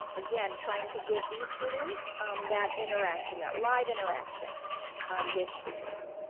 again, trying to give these students that interaction, that live interaction with teachers.